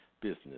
business